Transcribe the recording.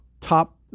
top